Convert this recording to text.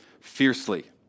fiercely